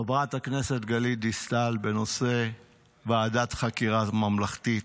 חברת הכנסת גלית דיסטל בנושא ועדת חקירה ממלכתית